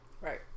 Right